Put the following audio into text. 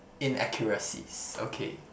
inaccuracies okay